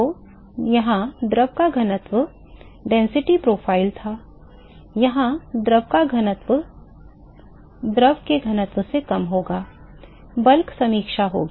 तो यहाँ द्रव का घनत्व यह घनत्व प्रोफ़ाइल था यहाँ द्रव का घनत्व द्रव के घनत्व से कम होगा बल्क समीक्षा होगी